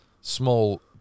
small